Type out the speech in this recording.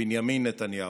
בנימין נתניהו.